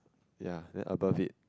ya then above it